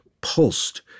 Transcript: pulsed